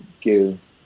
give